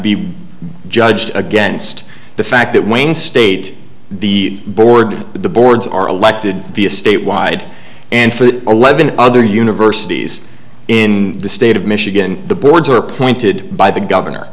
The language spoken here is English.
be judged against the fact that wayne state the board the boards are elected statewide and for eleven other universities in the state of michigan the boards are appointed by the governor